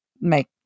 make